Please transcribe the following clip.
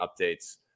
updates